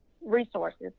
resources